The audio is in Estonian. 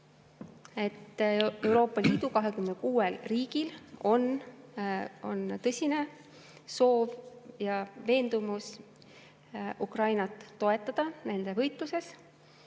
Euroopa Liidu 26 riigil on tõsine soov ja veendumus Ukrainat toetada nende võitluses,